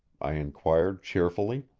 i inquired cheerfully.